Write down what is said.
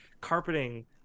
carpeting